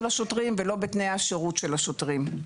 השוטרים ולא בתנאי השירות של השוטרים.